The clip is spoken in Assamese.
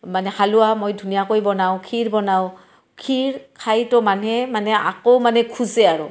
মানে হালোৱা মই ধুনীয়াকৈ বনাওঁ ক্ষীৰ বনাওঁ ক্ষীৰ খাইতো মানুহে মানে আকৌ মানে খোজে আৰু